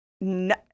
No